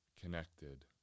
connected